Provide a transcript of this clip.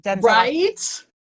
right